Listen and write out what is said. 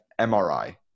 MRI